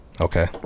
Okay